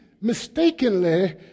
mistakenly